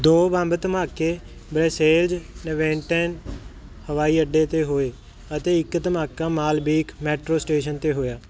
ਦੋ ਬੰਬ ਧਮਾਕੇ ਬ੍ਰਸੇਲਜ਼ ਜ਼ਵੇਨਟੇਮ ਹਵਾਈ ਅੱਡੇ 'ਤੇ ਹੋਏ ਅਤੇ ਇਕ ਧਮਾਕਾ ਮਾਲਬੀਕ ਮੈਟਰੋ ਸਟੇਸ਼ਨ 'ਤੇ ਹੋਇਆ